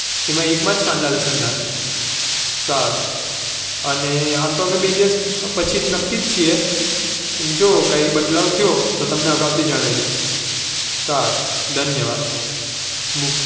એમાં એકમાં જ કાંદા લસણ નાખજો સારું અને આમ તો અમે બે દિવસ પછી જ નક્કી જ છીએ જો કાંઇ બદલાવ થયો તો તમને અગાઉથી જણાવી દઇશ સારું ધન્યવાદ મૂકું